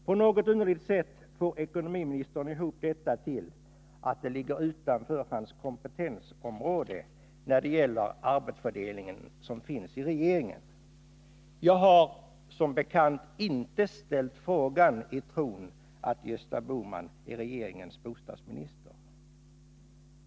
På något underligt sätt får ekonomiministern ihop detta till att det ligger utanför hans kompetensområde enligt den arbetsfördelning som finns i regeringen. Jag har — som bekant — inte ställt frågan i tron att Gösta Bohman är regeringens bostadsminister.